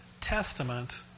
Testament